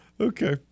okay